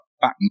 back